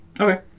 Okay